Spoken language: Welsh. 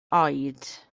oed